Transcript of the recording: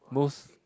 most